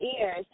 ears